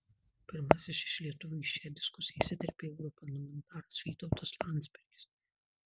pirmasis iš lietuvių į šią diskusiją įsiterpė europarlamentaras vytautas landsbergis